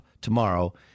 tomorrow